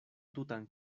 tutan